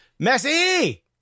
Messi